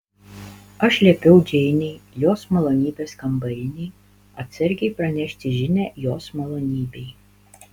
aš liepiau džeinei jos malonybės kambarinei atsargiai pranešti žinią jos malonybei